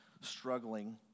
struggling